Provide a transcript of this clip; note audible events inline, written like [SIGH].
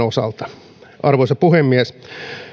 [UNINTELLIGIBLE] osalta arvoisa puhemies